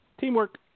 Teamwork